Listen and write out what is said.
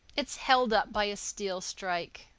it's held up by a steel strike.